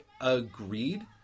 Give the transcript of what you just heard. Agreed